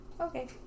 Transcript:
Okay